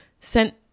sent